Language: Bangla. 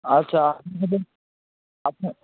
আচ্ছা আপনি